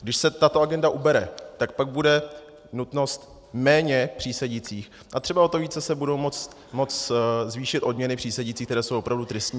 Když se tato agenda ubere, tak pak bude nutnost méně přísedících a třeba o to více se budou moct zvýšit odměny přísedících, které jsou opravdu tristní.